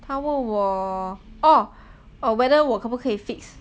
他问我 orh whether 我可不可以 fix